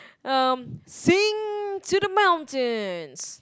um sing to the mountains